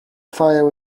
fire